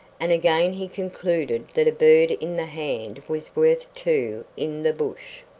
and again he concluded that a bird in the hand was worth two in the bush.